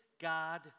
God